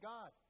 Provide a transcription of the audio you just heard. God